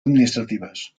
administrativas